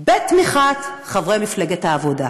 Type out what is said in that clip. בתמיכת חברי מפלגת העבודה.